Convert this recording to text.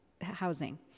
housing